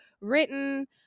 written